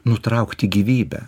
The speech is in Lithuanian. nutraukti gyvybę